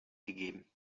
gegeben